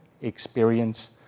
experience